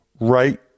Right